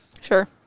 Sure